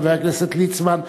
חבר הכנסת ליצמן,